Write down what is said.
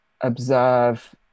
Observe